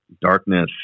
darkness